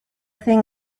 thing